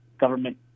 government